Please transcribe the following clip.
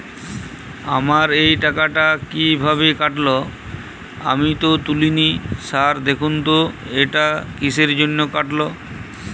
আমার এই টাকাটা কীভাবে কাটল আমি তো তুলিনি স্যার দেখুন তো এটা কিসের জন্য কাটল?